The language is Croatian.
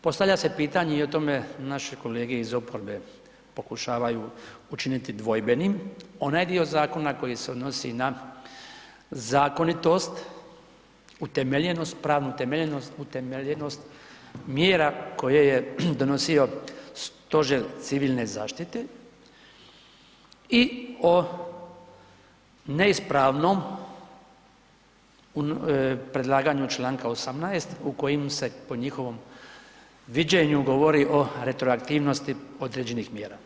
Postavlja se pitanje i o tome naše kolege iz oporbe pokušavaju učiniti dvojbenim onaj dio zakona koji se odnosi na zakonitost, utemeljenost, pravu utemeljenost, mjera koje je donosio Stožer civilne zaštite i o neispravnom predlaganju čl. 18. u kojem se po njihovom viđenju govori o retroaktivnosti određenih mjera.